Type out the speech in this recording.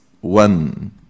one